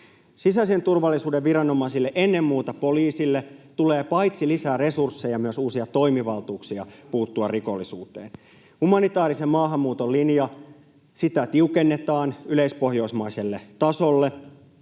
Sisäisen turvallisuuden viranomaisille, ennen muuta poliisille tulee paitsi lisää resursseja myös uusia toimivaltuuksia puuttua rikollisuuteen. Humanitaarisen maahanmuuton linjaa tiukennetaan yleispohjoismaiselle tasolle.